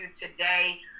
today